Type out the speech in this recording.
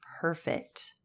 Perfect